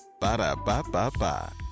ba-da-ba-ba-ba